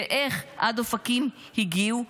ואיך עד אופקים הגיעו,